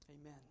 Amen